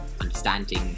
understanding